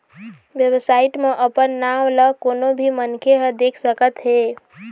website म अपन नांव ल कोनो भी मनखे ह देख सकत हे